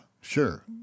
sure